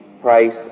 price